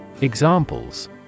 Examples